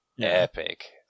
epic